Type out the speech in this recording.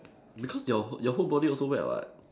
because your your whole body also wet [what]